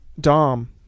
Dom